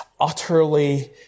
utterly